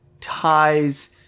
ties